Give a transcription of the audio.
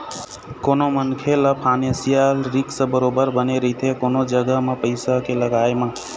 कोनो मनखे ल फानेसियल रिस्क बरोबर बने रहिथे कोनो जघा म पइसा के लगाय म